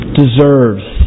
deserves